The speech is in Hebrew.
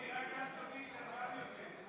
אורלי, רק אל תודיעי שגם את יוצאת.